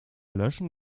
löschen